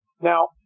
Now